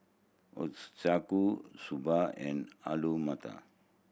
Ochazuke Soba and Alu Matar